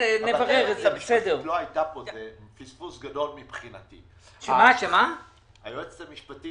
זה פספוס גדול מבחינתי שהיועצת המשפטית